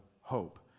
hope